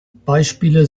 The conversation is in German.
beispiele